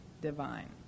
divine